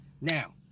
Now